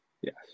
Yes